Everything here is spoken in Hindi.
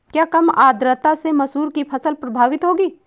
क्या कम आर्द्रता से मसूर की फसल प्रभावित होगी?